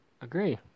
Agree